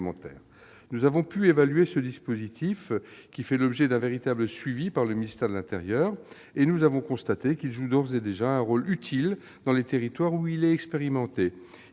Nous avons pu évaluer ce dispositif, qui fait l'objet d'un véritable suivi par le ministère de l'intérieur. Et nous avons constaté qu'il joue d'ores et déjà un rôle utile dans les territoires où il est expérimenté.